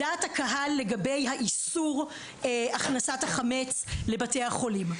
דעת הקהל לגבי איסור הכנסת חמץ לבתי החולים.